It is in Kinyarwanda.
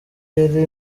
yari